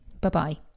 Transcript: Bye-bye